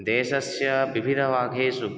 देशस्य विविध भागेषु